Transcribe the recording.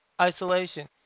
isolation